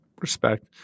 Respect